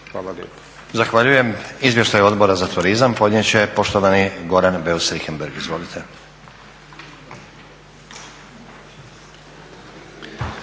Hvala